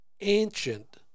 ancient